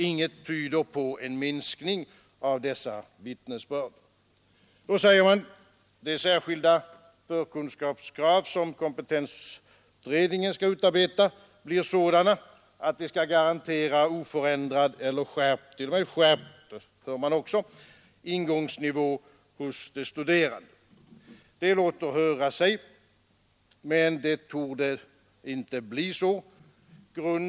Inget tyder på en minskning av dessa vittnesbörd. Då säger man: De särskilda förkunskapskrav som kompetensutredningen skall utarbeta blir sådana att de skall garantera oförändrad eller t.o.m. skärpt ingångsnivå hos de studerande. Det låter höra sig, men det torde inte bli så.